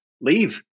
leave